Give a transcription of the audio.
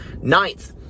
Ninth